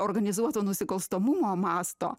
organizuoto nusikalstamumo masto